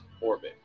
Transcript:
orbit